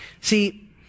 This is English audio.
See